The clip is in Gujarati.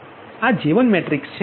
તો આJ1 મેટ્રિક્સ છે